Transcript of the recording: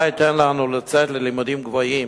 מה ייתן לנו לצאת ללימודים גבוהים?